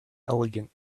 elegant